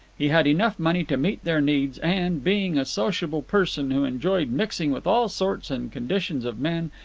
he had enough money to meet their needs, and, being a sociable person who enjoyed mixing with all sorts and conditions of men,